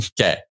Okay